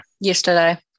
Yesterday